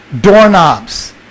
doorknobs